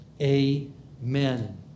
Amen